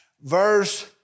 verse